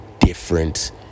different